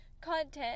content